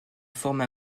forme